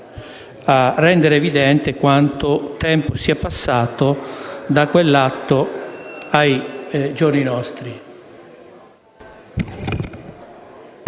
a dimostrare quanto tempo sia passato da quell'atto ai giorni nostri.